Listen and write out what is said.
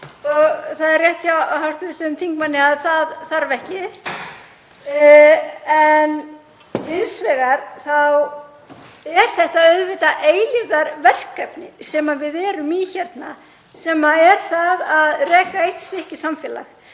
en það er rétt hjá hv. þingmanni að það þarf ekki. Hins vegar er þetta auðvitað eilífðarverkefni sem við erum í hérna sem er að reka eitt stykki samfélag.